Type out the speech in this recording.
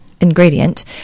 ingredient